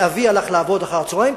ואבי הלך לעבוד אחר-הצהריים,